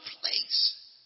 place